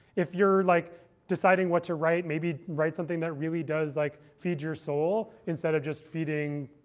if you're like deciding what to write, maybe write something that really does like feed your soul, instead of just feeding